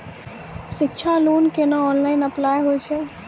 शिक्षा लोन केना online apply होय छै?